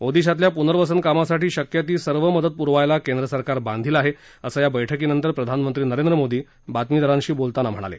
ओदिशातल्या पुनर्वसन कामासाठी शक्य ती सर्व मदत पुरवायला केंद्र सरकार बांधील आहे असं या बळकीनंतर प्रधानमंत्री नरेंद्र मोदी बातमीदारांशी बोलताना म्हणाले